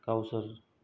गावसोर